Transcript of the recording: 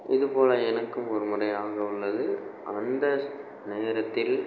இதுபோல எனக்கும் ஒரு முறை ஆக உள்ளது அந்த நேரத்தில்